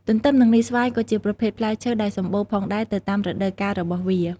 ទន្ទឹមនឹងនេះស្វាយក៏ជាប្រភេទផ្លែឈើដែរសម្បូរផងដែរទៅតាមរដូវការរបស់វា។